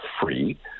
free